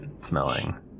smelling